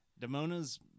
Damona's